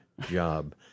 job